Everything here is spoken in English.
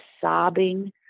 sobbing